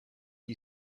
you